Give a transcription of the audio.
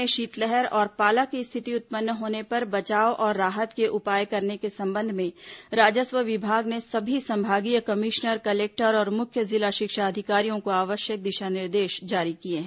राज्य में शीतलहर और पाला की स्थिति उत्पन्न होने पर बचाव और राहत के उपाय करने के संबंध में राजस्व विभाग ने सभी संभागीय कमिश्नर कलेक्टर और मुख्य जिला शिक्षा अधिकारियों को आवश्यक दिशा निर्देश जारी किए हैं